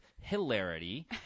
hilarity